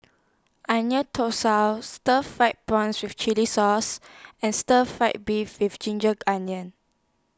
Onion Thosai Stir Fried Prawn with Chili Sauce and Stir Fry Beef with Ginger Onions